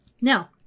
Now